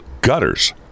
gutters